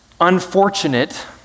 unfortunate